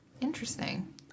Interesting